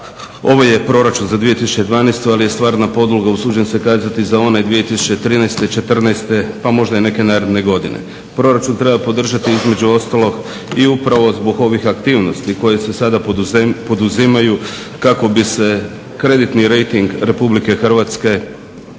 Ovo je proračun za 2012.ali je stvarna podloga usuđujem se kazati za one 2013., 2014. Pa možda i neke naredne godine. proračun treba podržati između ostalog i upravo zbog ovih aktivnosti koje se sada poduzimaju kako bi se kreditni rejting RH održao